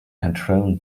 control